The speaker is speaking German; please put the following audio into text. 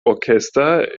orchester